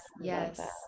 Yes